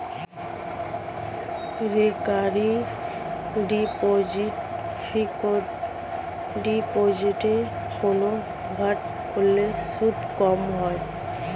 recurring deposit fixed ডিপোজিটে convert করলে সুদ কম হয়